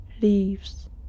Leaves